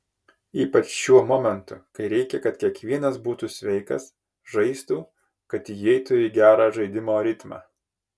ypač šiuo momentu kai reikia kad kiekvienas būtų sveikas žaistų kad įeitų į gerą žaidimo ritmą